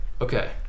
Okay